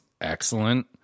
excellent